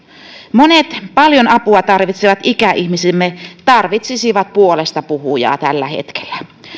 monet paljon apua tarvitsevat ikäihmisemme tarvitsisivat puolestapuhujaa tällä hetkellä